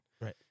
Right